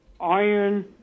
iron